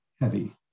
heavy